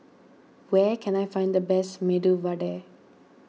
where can I find the best Medu Vada